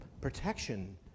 protection